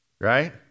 right